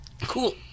cool